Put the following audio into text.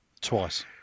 Twice